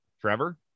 Trevor